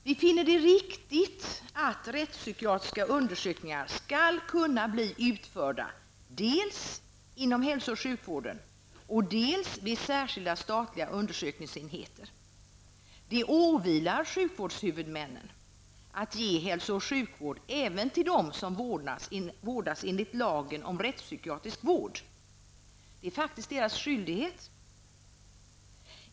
Vi finner det riktigt att rättspsykiatriska undersökningar skall kunna bli utförda dels inom hälso och sjukvården, dels vid särskilda statliga undersökningsenheter. Det åvilar sjukvårdshuvudmännen att ge hälso och sjukvård även till dem som vårdas enligt lagen om rättspsykiatrisk vård. Det är faktiskt en skyldighet.